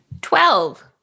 Twelve